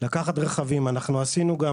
לקחת רכבים מותאמים שינגישו,